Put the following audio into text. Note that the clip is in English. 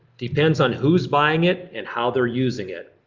depends on who's buying it and how they're using it.